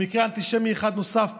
במקרה אנטישמי אחד נוסף פה,